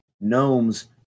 gnomes